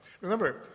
Remember